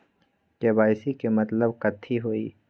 KYC के मतलब कथी होई?